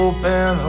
Open